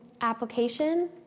application